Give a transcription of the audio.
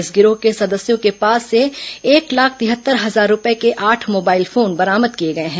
इस गिरोह के सदस्यों के पास से एक लाख तिहत्तर हजार रूपये के आठ मोबाइल बरामद किए गए हैं